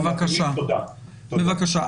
בבקשה.